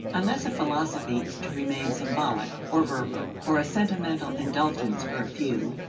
unless a philosophy is to remain symbolic or verbal or a sentimental indulgence for a few,